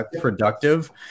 productive